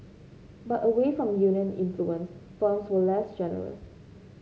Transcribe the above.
but away from union influence firms were less generous